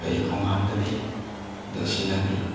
ꯐꯩꯌꯦ ꯈꯣꯡ ꯍꯥꯝꯗꯗꯤ ꯑꯗꯨ ꯁꯤꯖꯤꯟꯅꯕꯤꯌꯨ